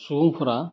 सुबुंफोरा